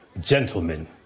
Gentlemen